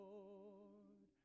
Lord